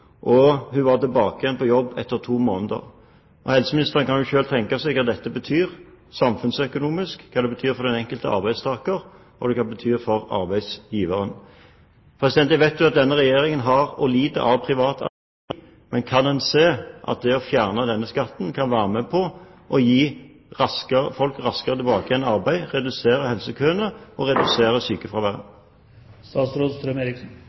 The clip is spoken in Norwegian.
og hun var tilbake på jobb etter to måneder. Helseministeren kan selv tenke seg hva dette betyr samfunnsøkonomisk, hva det betyr for den enkelte arbeidstaker, og hva det betyr for arbeidsgiveren. Jeg vet at denne regjeringen lider av privatallergi, men kan en se at det å fjerne denne skatten kan være med på å få folk raskere tilbake i arbeid, redusere helsekøene og redusere